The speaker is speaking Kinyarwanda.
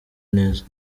neza